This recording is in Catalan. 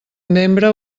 membre